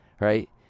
right